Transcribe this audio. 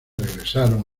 regresaron